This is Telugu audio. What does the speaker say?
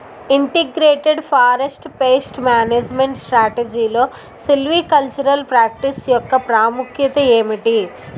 ఇంటిగ్రేటెడ్ ఫారెస్ట్ పేస్ట్ మేనేజ్మెంట్ స్ట్రాటజీలో సిల్వికల్చరల్ ప్రాక్టీస్ యెక్క ప్రాముఖ్యత ఏమిటి??